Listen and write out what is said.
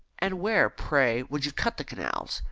and where, pray, would you cut the canals?